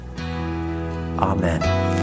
Amen